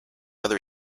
other